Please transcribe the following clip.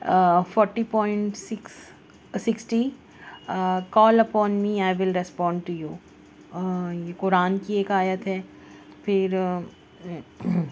یہ قرآن کی ایک آیت ہے پھر